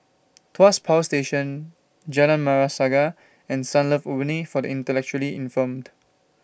Tuas Power Station Jalan Merah Saga and Sunlove Abode For The Intellectually Infirmed